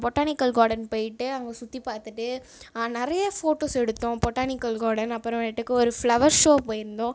botanical garden போயிட்டு அங்கே சுற்றி பார்த்துட்டு நிறைய ஃபோட்டோஸ் எடுத்தோம் பொட்டானிக்கல் கார்டன் அப்புறமேட்டுக்கு ஒரு ஃப்ளவர் ஷோ போயிருந்தோம்